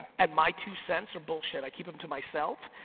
and my two cents are bullshit, i keep em to myself.